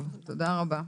טוב, תודה רבה.